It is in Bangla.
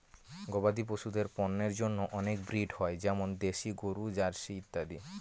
গবাদি পশুদের পন্যের জন্য অনেক ব্রিড হয় যেমন দেশি গরু, জার্সি ইত্যাদি